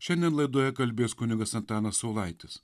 šiandien laidoje kalbės kunigas antanas saulaitis